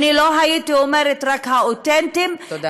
אני לא הייתי אומרת רק "האותנטיים" תודה.